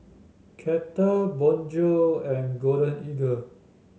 Kettle Bonjour and Golden Eagle